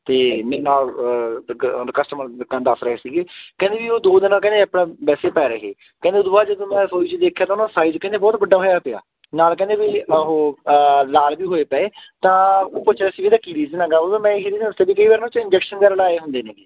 ਅਤੇ ਮੇਰੇ ਨਾਲ ਕਸਟਮਰ ਦੱਸ ਰਹੇ ਸੀਗੇ ਕਹਿੰਦੇ ਵੀ ਉਹ ਦੋ ਦਿਨਾਂ ਕਹਿੰਦੇ ਆਪਣਾ ਵੈਸੇ ਪੈ ਰਹੇ ਕਹਿੰਦੇ ਉਦੋਂ ਬਾਅਦ ਜਦੋਂ ਮੈਂ ਰਸੋਈ 'ਚ ਦੇਖਿਆ ਤਾਂ ਨਾ ਸਾਈਜ਼ ਕਹਿੰਦੇ ਬਹੁਤ ਵੱਡਾ ਹੋਇਆ ਪਿਆ ਨਾਲ ਕਹਿੰਦੇ ਵੀ ਉਹ ਲਾਲ ਵੀ ਹੋਏ ਪਏ ਤਾਂ ਉਹ ਪੁੱਛਦੇ ਸੀ ਵੀ ਇਹਦਾ ਕੀ ਰੀਜਨ ਹੈਗਾ ਉਦੋਂ ਮੈਂ ਇਹੀ ਰੀਜ਼ਨ ਦੱਸਿਆ ਕਿ ਕਈ ਵਾਰ ਨਾ ਉਸ 'ਚ ਇੰਜੈਕਸ਼ਨ ਵਗੈਰਾ ਲਾਏ ਹੁੰਦੇ ਨੇਗੇ